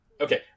Okay